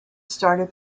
started